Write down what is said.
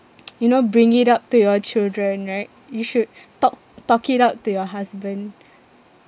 you know bring it up to your children right you should talk talk it out to your husband